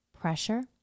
pressure